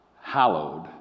hallowed